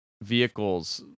vehicles